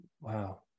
Wow